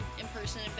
in-person